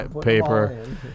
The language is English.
paper